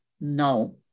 no